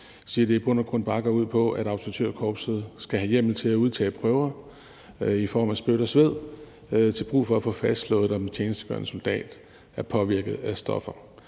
sige, at det i bund og grund bare går ud på, at Auditørkorpset skal have hjemmel til at udtage prøver i form af spyt og sved til brug for at få fastslået, om en tjenestegørende soldat er påvirket af stoffer.